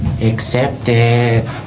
accepted